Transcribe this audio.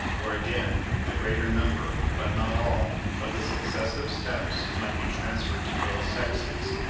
or again, the greater number, but not all, of the successive steps might be transferred to both sexes,